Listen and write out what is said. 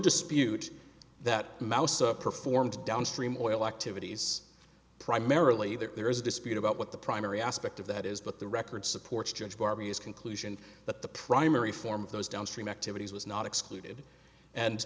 dispute that moussa performed downstream oil activities primarily there is a dispute about what the primary aspect of that is but the record supports judge barbee is conclusion that the primary form of those downstream activities was not excluded and